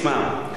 תשמע: